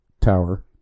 Tower